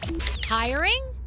Hiring